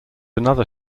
another